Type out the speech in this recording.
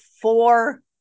four